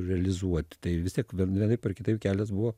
realizuot tai vis tiek vienaip ar kitaip kelias buvo